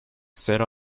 set